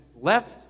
left